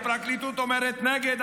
הפרקליטות אומרת נגד,